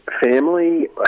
family